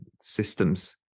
systems